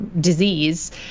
disease